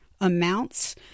amounts